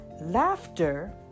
laughter